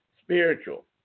Spiritual